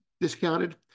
discounted